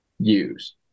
use